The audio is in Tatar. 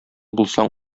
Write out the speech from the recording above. булсаң